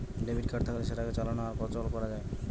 debit card থাকলে সেটাকে চালানো আর অচল করা যায়